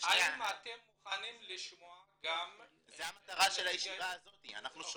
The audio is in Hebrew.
האם אתם מוכנים לשמוע גם --- זו המטרה של הישיבה הזאת.